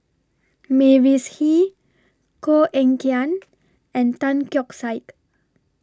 Mavis Hee Koh Eng Kian and Tan Keong Saik